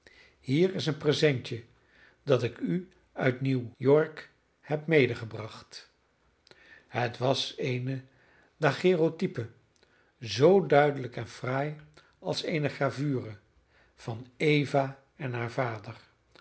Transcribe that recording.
hier is een presentje dat ik u uit nieuw york heb medegebracht het was eene daguerreotype zoo duidelijk en fraai als eene gravure van eva en haar vader